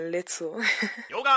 Little